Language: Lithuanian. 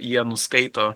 jie nuskaito